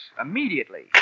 immediately